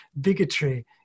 bigotry